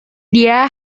dia